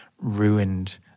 ruined